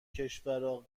کشورا